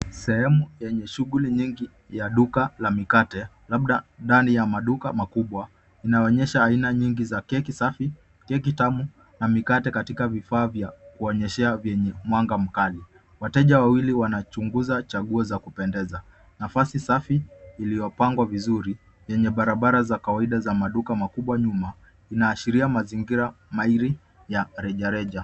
Sehemu yenye shughuli nyingi ya duka la mkate labda ndani ya maduka makubwa inaonyesha aina nyingi za keki safi, keki tamu na mikate katika vifaa vya kuonyeshea vitu vyenye mwanga mkali. Wateja wawili wanachunguza chaguo za kupendeza. Nafasi safi iliyopangwa vizuri yenye barabara za kawaida za maduka makubwa nyuma inaashiria mazingira mairi ya rejareja.